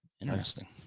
Interesting